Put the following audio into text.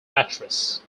mattress